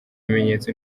bimenyetso